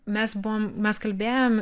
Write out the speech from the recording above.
mes buvom mes kalbėjom